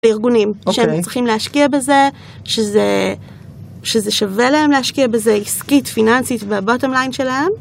ארגונים, שהם צריכים להשקיע בזה, שזה שווה להם להשקיע בזה עסקית פיננסית והבוטם ליין שלהם.